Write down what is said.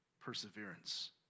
perseverance